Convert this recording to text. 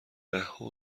دهها